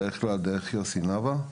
דרך יוסי נבעה